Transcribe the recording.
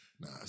Nah